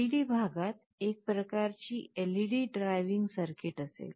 LED भागात एक प्रकारची एलईडी ड्रायव्हिंग सर्किट असेल